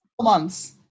months